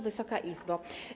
Wysoka Izbo!